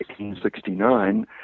1869